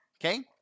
okay